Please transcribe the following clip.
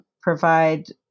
provide